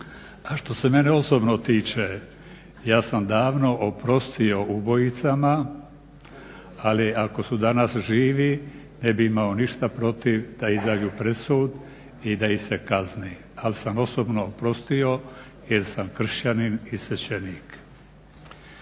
što se mene osobno tiče, ja sam davno oprostio ubojicama, ali ako su danas živi ne bih imao ništa protiv da izađu pred sud i da ih se kazni, ali sam osobno oprostio jer sam kršćanin i svećenik.